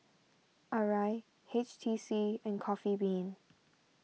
Arai H T C and Coffee Bean